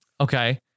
Okay